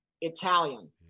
Italian